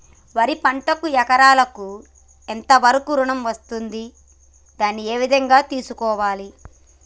వరి పంటకు ఎకరాకు ఎంత వరకు ఋణం వస్తుంది దాన్ని ఏ విధంగా తెలుసుకోవాలి?